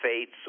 fates